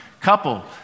couple